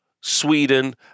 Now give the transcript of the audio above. Sweden